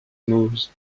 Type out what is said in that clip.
moose